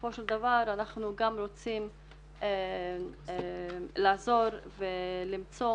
בסופו של דבר אנחנו גם רוצים לעזור ולמצוא